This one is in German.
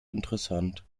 interessant